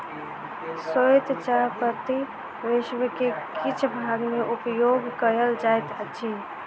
श्वेत चाह पत्ती विश्व के किछ भाग में उपयोग कयल जाइत अछि